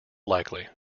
likely